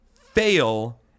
fail